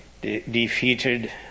defeated